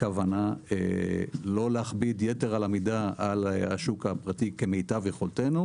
כוונה לא להכביד יתר על המידה על השוק הפרטי כמיטב יכולתנו